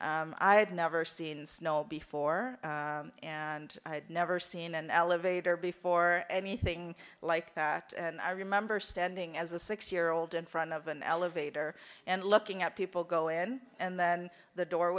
i had never seen snow before and i had never seen an elevator before anything like that and i remember standing as a six year old in front of an elevator and looking at people go in and then the door